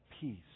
peace